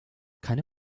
keine